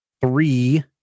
Three